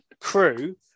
crew